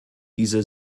diese